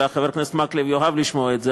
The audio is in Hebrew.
חבר הכנסת מקלב יאהב לשמוע את זה,